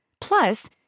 Plus